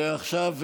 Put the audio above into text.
ועכשיו,